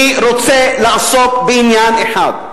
אני רוצה לעסוק בעניין אחד,